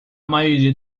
maioria